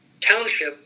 township